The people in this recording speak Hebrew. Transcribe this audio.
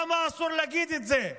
למה אסור להגיד את זה?